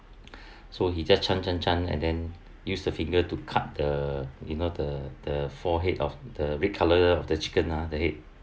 so he just chant chant chant and then use the finger to cut the you know the the forehead of the red color of the chicken ah the head